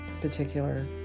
particular